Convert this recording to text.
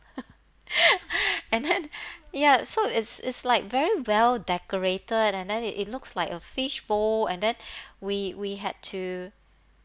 and then ya so is is like very well decorated and then it it looks like a fishbowl and then we we had to